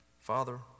Father